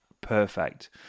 perfect